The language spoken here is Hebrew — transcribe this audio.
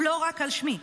הוא לא רק על שמי.